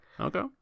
Okay